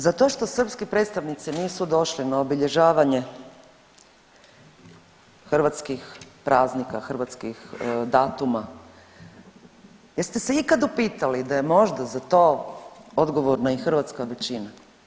Za to što srpski predstavnici nisu došli na obilježavanje hrvatskih praznika, hrvatskih datuma jeste li se ikad upitali da je možda za to odgovorna i hrvatska većina.